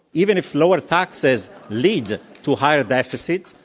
even if lower taxes lead to higher deficits,